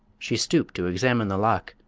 she stooped to examine the lock,